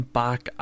back